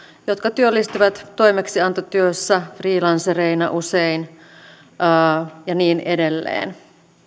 jotka työllistyvät toimeksiantotyössä usein freelancereina ja niin edelleen